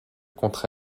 contre